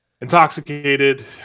intoxicated